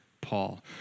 Paul